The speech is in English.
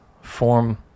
form